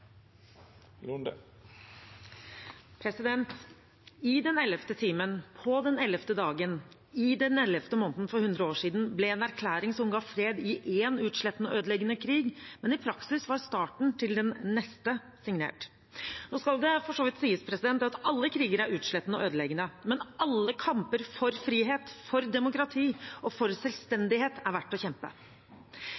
I den ellevte timen på den ellevte dagen i den ellevte måneden for 100 år siden ble en erklæring som ga fred i en utslettende og ødeleggende krig, men som i praksis var starten til den neste, signert. Nå skal det for så vidt sies at alle kriger er utslettende og ødeleggende, men alle kamper for frihet, for demokrati og for